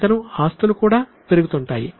ఇంకనూ ఆస్తులు కూడా పెరుగుతుంటాయి